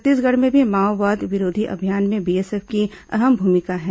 छत्तीसगढ़ में भी माओवाद विरोधी अभियान में बीएसएफ की अहम भूमिका है